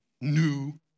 new